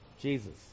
Jesus